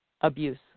abuse